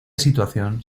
situación